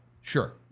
Sure